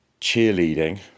cheerleading